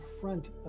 front